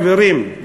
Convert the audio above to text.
חברים,